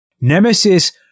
Nemesis